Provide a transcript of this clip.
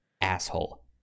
asshole